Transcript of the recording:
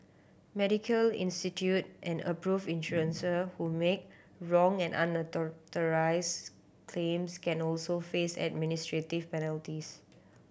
medical institute and approved insurance who make wrong and unauthorised claims can also face administrative penalties